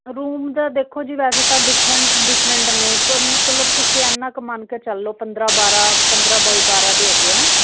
room ਦਾ ਦੇਖੋ ਜੀ ਵੈਸੇ ਤਾਂ ਡਿਫਰੈਂਟ ਡਿਫਰੈਂਟ ਨੇ ਮਤਲਬ ਤੁਸੀਂ ਐਨਾ ਕ ਮੰਨ ਕੇ ਚੱਲੋ ਪੰਦਰਾਂ ਬਾਰਾਂ ਪੰਦਰਾਂ ਬਾਈ ਬਾਰਾਂ ਦੇ ਹੈਗੇ ਆ